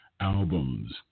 Albums